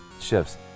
shifts